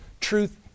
truth